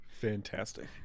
Fantastic